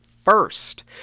first